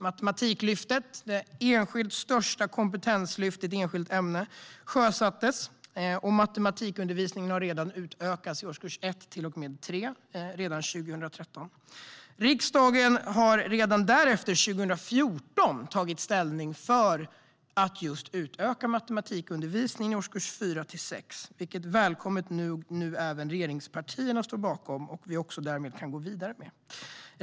Matamatiklyftet, det största kompetenslyftet i ett enskilt ämne, sjösattes, och matematikundervisningen utökades redan 2013 i årskurs 1-3. År 2014 tog riksdagen ställning för att utöka matematikundervisningen i årskurs 4-6, vilket jag välkomnar att nu även regeringspartierna står bakom och vi därmed kan gå vidare med.